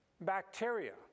bacteria